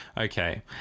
Okay